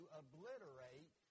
obliterate